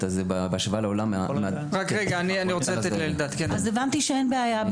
הזה בהשוואה לעולם --- אז הבנתי שאין בעיה,